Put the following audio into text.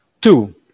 Two